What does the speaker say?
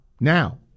Now